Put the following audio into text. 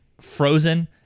frozen